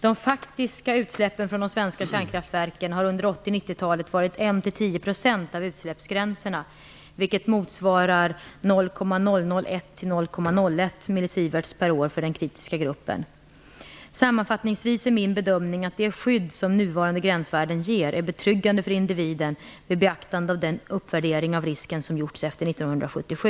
De faktiska utsläppen från de svenska kärnkraftverken har under 80 och 90-talen varit ca 1 Sammanfattningsvis är min bedömning att det skydd som nuvarande gränsvärden ger är betryggande för individen vid beaktande av den uppvärdering av risken som gjorts efter 1977.